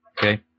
Okay